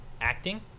acting